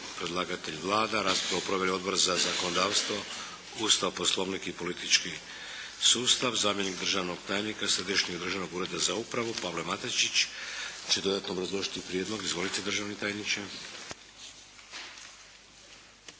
Predlagatelj je Vlada. Raspravu proveli Odbor za zakonodavstvo, Ustav, Poslovnik i politički sustav. Zamjenik državnog tajnika Središnjeg državnog ureda za upravu Pavao Matičić će dodatno obrazložiti prijedlog. Izvolite državni tajniče.